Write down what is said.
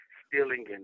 stealing